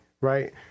right